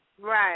Right